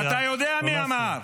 אתה יודע מי אמר.